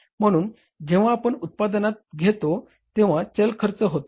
म्हणून जेंव्हा आपण उत्पादन घेतो तेंव्हा चल खर्च होते